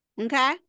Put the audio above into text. Okay